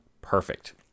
Perfect